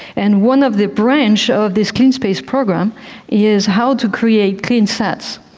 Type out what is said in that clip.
and one of the branches of this clean space program is how to create clean sats,